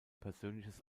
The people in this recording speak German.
persönliches